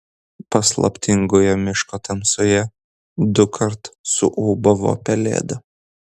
paslaptingoje miško tamsoje dukart suūbavo pelėda